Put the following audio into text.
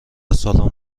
سالن